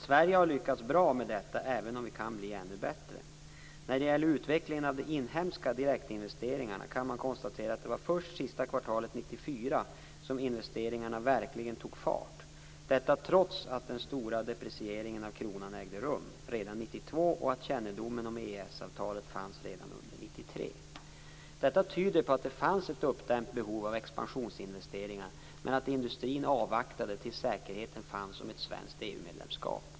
Sverige har lyckats bra med detta även om vi kan bli ännu bättre. När det gäller utvecklingen av de inhemska direktinvesteringarna kan man konstatera att det var först sista kvartalet 1994 som investeringarna verkligen tog fart. Detta trots att den stora deprecieringen av kronan ägde rum redan 1992 och att kännedomen om EES-avtalet fanns redan under Detta tyder på att det fanns ett uppdämt behov av expansionsinvesteringar men att industrin avvaktade tills säkerheten fanns om ett svenskt EU-medlemskap.